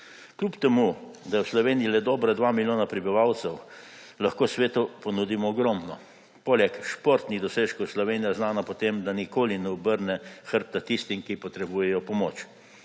Kljub temu da je v Sloveniji le dobra 2 milijona prebivalcev, lahko svetu ponudimo ogromno. Poleg športnih dosežkov je Slovenija znana po tem, da nikoli ne obrne hrbta tistim, ki potrebujejo pomoč.